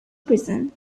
prison